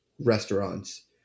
restaurants